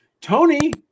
tony